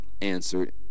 answered